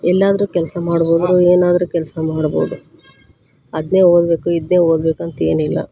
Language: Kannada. ಎಲ್ಲಾದರೂ ಕೆಲಸ ಮಾಡ್ಬೋದು ಏನಾದರೂ ಕೆಲಸ ಮಾಡ್ಬೋದು ಅದನ್ನೇ ಓದಬೇಕು ಇದನ್ನೇ ಓದಬೇಕು ಅಂತೇನಿಲ್ಲ